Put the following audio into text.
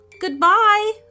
Goodbye